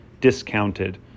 discounted